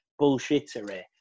bullshittery